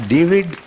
David